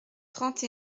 trente